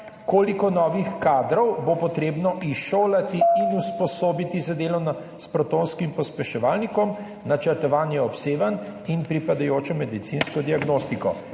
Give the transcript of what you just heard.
Koliko novih kadrov bo potrebno izšolati in usposobiti za delo s protonskim pospeševalnikom, načrtovanje obsevanj in pripadajočo medicinsko diagnostiko?